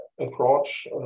approach